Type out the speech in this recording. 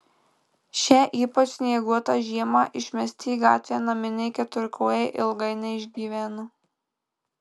šią ypač snieguotą žiemą išmesti į gatvę naminiai keturkojai ilgai neišgyvena